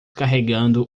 carregando